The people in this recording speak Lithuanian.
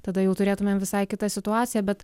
tada jau turėtumėm visai kitą situaciją bet